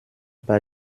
paar